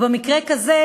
ובמקרה כזה,